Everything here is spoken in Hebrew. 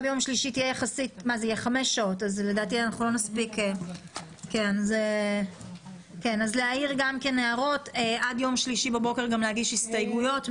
אני מבקשת עד יום שלישי בבוקר להעיר הערות ולהגיש הסתייגויות.